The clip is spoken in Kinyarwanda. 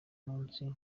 munsi